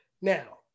now